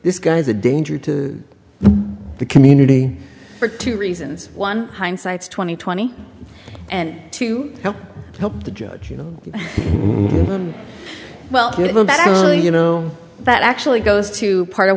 this guy is a danger to the community for two reasons one hindsight's twenty twenty and to help the judge you know well you know that actually goes to part of